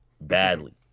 Badly